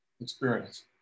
experience